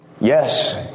Yes